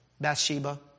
Bathsheba